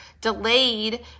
delayed